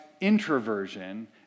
introversion